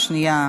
והשנייה,